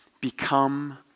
become